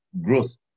growth